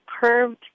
curved